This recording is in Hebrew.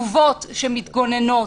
תגובות שמתגוננות,